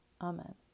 Amen